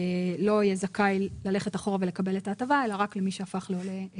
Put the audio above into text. לא יהיה זכאי ללכת אחורה ולקבל את ההטבה אלא רק למי שהפך לעולה.